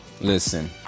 Listen